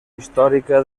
històrica